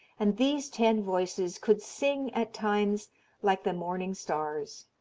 and these ten voices could sing at times like the morning stars.